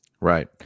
Right